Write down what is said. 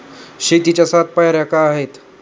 शेतीच्या सात पायऱ्या काय आहेत?